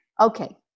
Okay